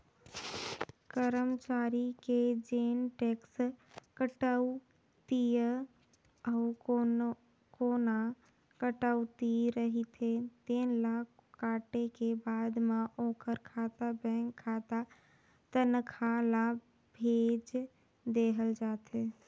करमचारी के जेन टेक्स कटउतीए अउ कोना कटउती रहिथे तेन ल काटे के बाद म ओखर खाता बेंक खाता तनखा ल भेज देहल जाथे